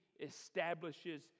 establishes